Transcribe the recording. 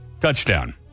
Touchdown